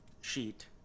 sheet